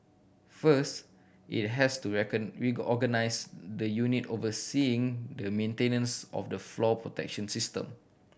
first it has to reorganised the unit overseeing the maintenance of the flood protection system